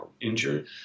injured